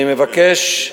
אני מבקש,